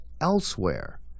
elsewhere